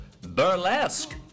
burlesque